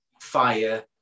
fire